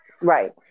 Right